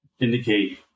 indicate